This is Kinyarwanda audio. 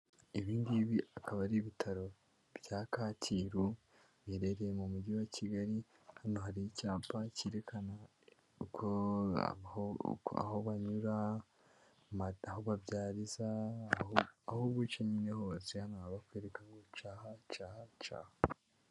Ibi ngibi akaba ari ibitaro bya Kacyiru biherereye mu mujyi wa Kigali, hano hari icyapa cyerekana ko aho banyura, aho babyariza ahubwo guca nyine hose baba bakwereka, ca aha, ca aha, ca aha.